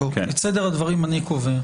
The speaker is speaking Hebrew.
את סדר הדברים אני קובע.